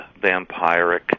vampiric